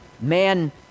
man